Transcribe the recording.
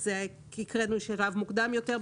הקראנו בשלב מוקדם יותר,